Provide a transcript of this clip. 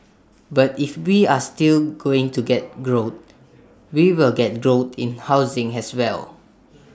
but if we are still going to get growth we will get growth in housing as well